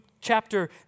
chapter